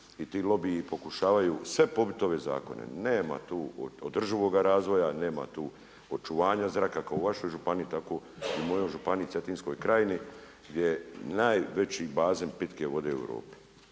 i ti lobiji pokušavaju sve pobiti ove zakone, nema tu održivoga razvoja, nema tu očuvanja zraka kako u vašoj županiji, tako i u mojoj županiji Cetinskoj krajini, gdje je najveći bazenom pitke vode u Europi.